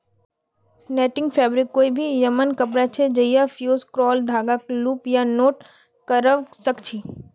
netting fabric कोई भी यममन कपड़ा छ जैइछा फ़्यूज़ क्राल धागाक लूप या नॉट करव सक छी